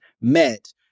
met